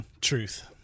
Truth